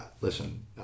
listen